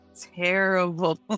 Terrible